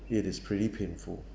it is pretty painful